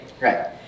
Right